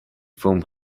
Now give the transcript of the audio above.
from